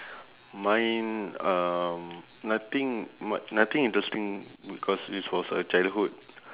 mine um nothing much nothing interesting because it was a childhood